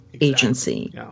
agency